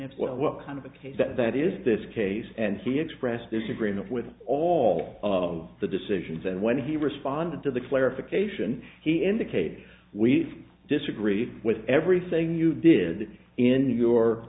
that's what kind of a case that that is this case and he expressed this agreement with all of the decisions and when he responded to the clarification he indicated we disagree with everything you did in